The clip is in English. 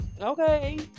Okay